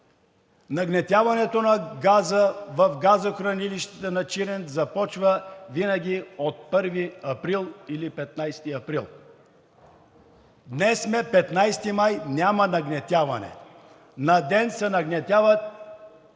Нагнетяването на газа в газохранилището в Чирен започва винаги от 1 април или от 15 април, а днес сме 15 май и няма нагнетяване. На ден се нагнетяват